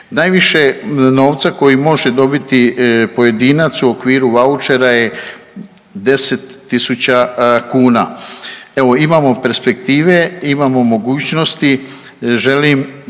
Najviše novca koji može dobiti pojedinac u okviru vaučera je 10.000 kuna. Evo imamo perspektive, imamo mogućnosti želim